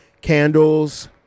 candles